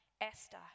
Esther